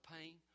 pain